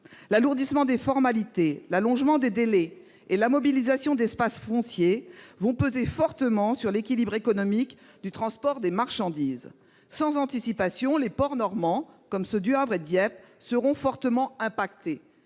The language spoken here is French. L'alourdissement des formalités, l'allongement des délais et la mobilisation d'espace foncier vont peser fortement sur l'équilibre économique du transport des marchandises. Sans anticipation, les ports normands, comme ceux du Havre et de Dieppe, seront fortement touchés.